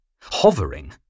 hovering